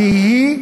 כי היא,